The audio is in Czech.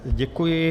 Děkuji.